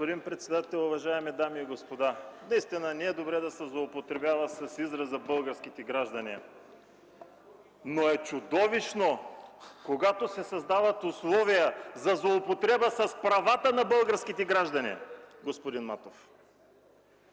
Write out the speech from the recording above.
Господин председател, уважаеми дами и господа! Наистина не е добре да се злоупотребява с израза „българските граждани”, но е чудовищно, когато се създават условия за злоупотреба с правата на българските граждани, господин Матов.